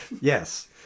Yes